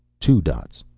two dots.